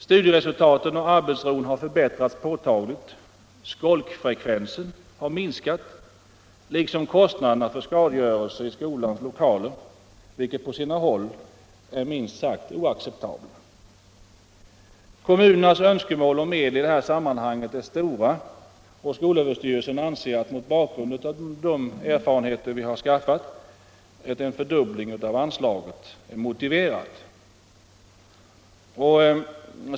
Studieresultaten och arbetsron har förbättrats, skolkfrekvensen har minskat liksom kostnaderna för skadegörelse i skolans lokaler, kostnader som på sina håll är minst sagt oacceptabla. Kommunernas önskemål om medel i det här sammanhanget är stora. SÖ anser att mot bakgrund av vunna erfarenheter är en fördubbling av anslaget motiverad.